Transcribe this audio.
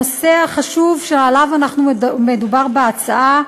הנושא החשוב שעליו מדובר בהצעה,